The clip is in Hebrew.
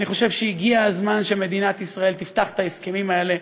אני חושב שהגיע הזמן שמדינת ישראל תפתח את ההסכמים האלה,